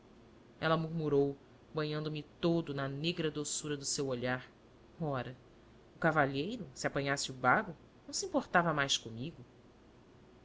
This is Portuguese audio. ela murmurou banhando me todo na negra doçura do seu olhar ora o cavalheiro se apanhasse o bago não se importava mais comigo